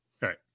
right